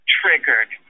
triggered